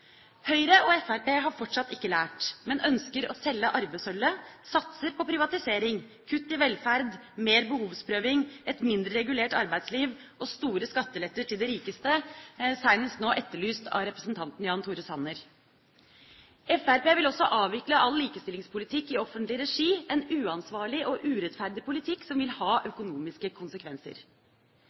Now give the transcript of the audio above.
Høyre og Fremskrittspartiet har fortsatt ikke lært, men ønsker å selge arvesølvet. De satser på privatisering, kutt i velferd, mer behovsprøving, et mindre regulert arbeidsliv og store skatteletter til de rikeste, senest nå etterlyst av representanten Jan Tore Sanner. Fremskrittspartiet vil også avvikle all likestillingspolitikk i offentlig regi, en uansvarlig og urettferdig politikk som vil ha økonomiske konsekvenser.